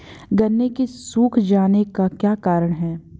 गन्ने के सूख जाने का क्या कारण है?